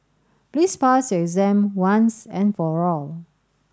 please pass your exam once and for all